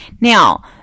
Now